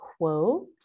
quote